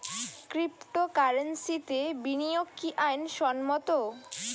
ক্রিপ্টোকারেন্সিতে বিনিয়োগ কি আইন সম্মত?